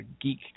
geek